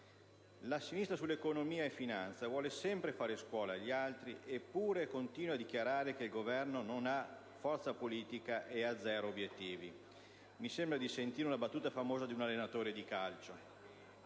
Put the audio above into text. La sinistra su economia e finanza vuole sempre fare scuola agli altri eppure continua a dichiarare che il Governo non ha forza politica ed ha zero obiettivi (mi sembra di sentire una battuta famosa di un allenatore di calcio).